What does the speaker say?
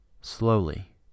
Slowly